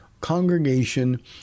Congregation